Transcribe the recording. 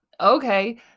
Okay